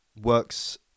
works